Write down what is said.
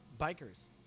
bikers